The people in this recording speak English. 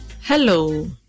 Hello